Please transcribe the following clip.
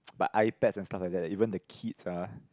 but iPads and stuff like that eh even the kids ah